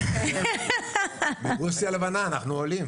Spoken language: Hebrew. אנחנו עולים מרוסיה הלבנה.